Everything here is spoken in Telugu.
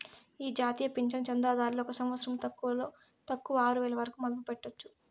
ఈ జాతీయ పింఛను చందాదారులు ఒక సంవత్సరంల తక్కువలో తక్కువ ఆరువేల వరకు మదుపు పెట్టొచ్చు